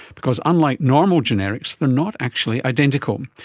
because unlike normal generics they are not actually identical.